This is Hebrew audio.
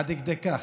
עד כדי כך?